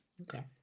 Okay